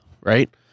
right